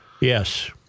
Yes